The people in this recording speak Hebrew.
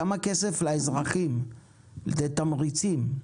כמה כסף לאזרחים לתת תמריצים?